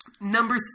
number